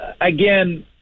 again